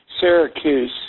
Syracuse